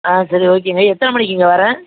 ஆ சரி ஓகேங்க எத்தனை மணிக்கு இங்கே வர